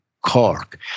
Cork